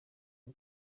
bwo